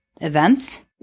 events